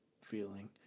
feeling